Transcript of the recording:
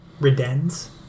Reden's